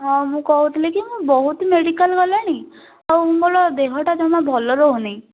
ହଁ ମୁଁ କହୁଥିଲି କି ମୁଁ ବହୁତ ମେଡ଼ିକାଲ ଗଲେଣି ଆଉ ମୋର ଦେହଟା ଜମା ଭଲ ରହୁନି